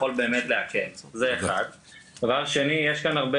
השני - עלו כן הרבה